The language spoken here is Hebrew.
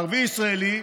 ערבי ישראלי,